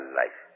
life